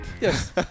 Yes